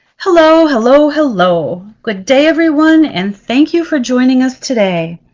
hello, hello, hello. good day everyone and thank you for joining us today.